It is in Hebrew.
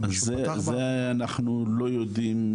זה אנחנו לא יודעים,